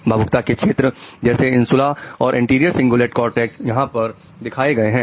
भावुकता के क्षेत्र जैसे इंसुला और एंटीरियर सिंगुलेट कोरटेक्स यहां पर पर दिखाए गए हैं